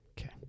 Okay